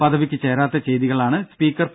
പദവിക്ക് ചേരാത്ത ചെയ്തികളാണ് സ്പീക്കർ പി